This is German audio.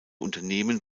unternehmen